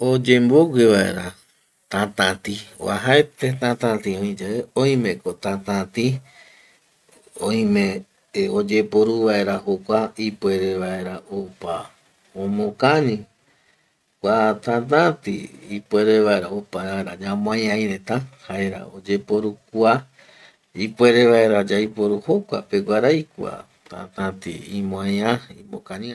Oyembogue vaera tatati oajaete tatati oiyae, oimeko tatati oime oyeporu vaera jokua ipuere vaera opa omokañi kua tatati, ipuere vaera opa ara ñamoaiai reta kua tatati jaera oyeporu kua ipuere vaera yaiporu jokuapeguarai kua tatati imoaia, imokañia